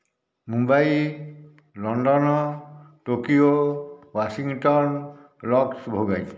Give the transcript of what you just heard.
Mumbai London Tokyo Washington Las Vegas